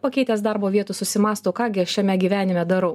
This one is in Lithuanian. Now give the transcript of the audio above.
pakeitęs darbo vietų susimąsto ką gi aš šiame gyvenime darau